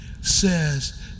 says